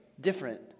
different